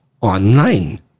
online